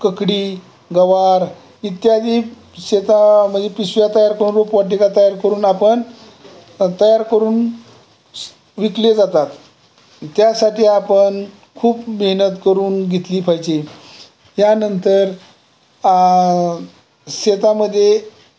काकडी गवार इत्यादी शेता म्हणजे पिशव्या तयार करून रोपवाटिका तयार करून आपन तयार करून विकले जातात त्यासाठी आपण खूप मेहनत करून घेतली पाहिजे यानंतर शेतामध्ये